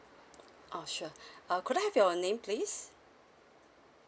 uh sure uh could I have your name please